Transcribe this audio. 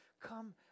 Come